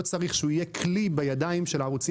לא צריך שהוא יהיה כלי בידיים של שידורים